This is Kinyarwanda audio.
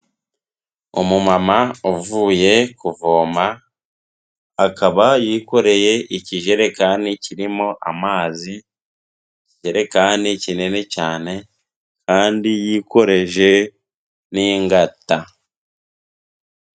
Umumama uvuye kuvoma, akaba yikoreye ikijerekani kirimo amazi, ikijerekani kinini cyane kandi yikoreje n'ingata.